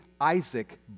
Isaac